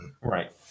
right